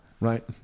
Right